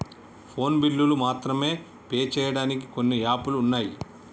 phone బిల్లులు మాత్రమే pay చెయ్యడానికి కొన్ని యాపులు వున్నయ్